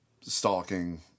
stalking